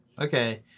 Okay